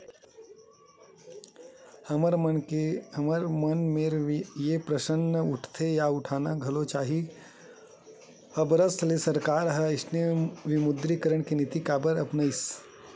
हमर मन मेर ये प्रस्न उठथे या उठाना घलो चाही के हबरस ले सरकार ह अइसन विमुद्रीकरन के नीति काबर अपनाइस?